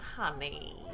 honey